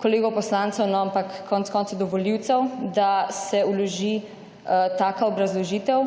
kolegov poslancev, ampak konec koncev do volivcev, da se vloži taka obrazložitev